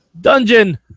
Dungeon